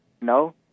No